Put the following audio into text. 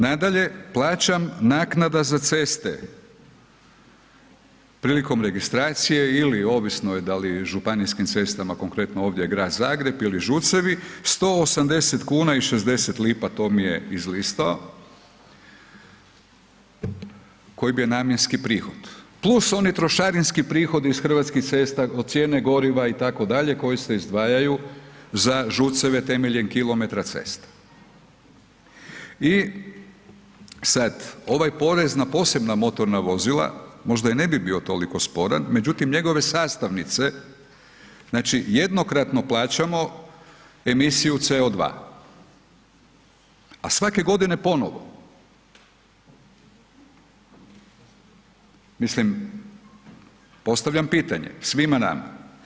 Nadalje, plaćam naknada za ceste prilikom registracije ili ovisno je da li županijskim cestama, konkretno ovdje grad Zagreb ili ŽUC-evi, 180 kuna i 60 lipa, to mi je izlistao koji je bio namjenski prihod plus oni trošarinski prihodi iz Hrvatskih cesta, od cijene goriva itd. koje se izdvajaju za ŽUC-eve temeljem kilometra ceste. i sad ovaj porez na posebna motorna vozila možda i ne bi bio toliko sporan, međutim njegove sastavnice znači jednokratno plaćamo emisiju CO2, a svake godine ponovo, mislim postavljam pitanje svima nama.